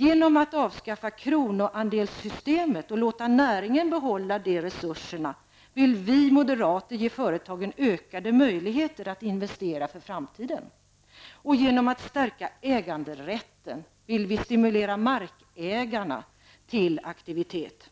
Genom att avskaffa kronoandelssystemet och låta näringen behålla de resurserna vill vi moderater ge företagen ökade möjligheter att investera för framtiden. Genom att stärka äganderätten vill vi stimulera markägarna till aktivitet.